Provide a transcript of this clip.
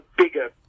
Bigger